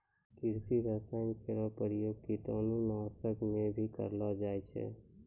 कृषि रसायन केरो प्रयोग कीटाणु नाशक म भी करलो जाय छै